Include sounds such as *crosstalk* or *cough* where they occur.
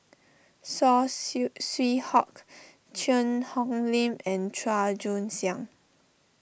Saw *unintelligible* Swee Hock Cheang Hong Lim and Chua Joon Siang